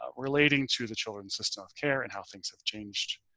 ah relating to the children's system of care and how things have changed.